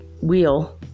wheel